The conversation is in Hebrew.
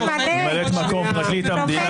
ממלאת מקום פרקליט המדינה?